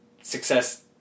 success